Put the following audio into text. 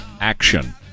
action